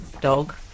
Dog